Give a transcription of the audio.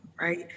right